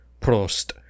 Prost